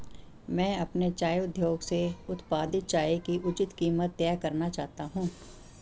मैं अपने चाय उद्योग से उत्पादित चाय की उचित कीमत तय करना चाहता हूं